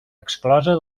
exclosa